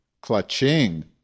Clutching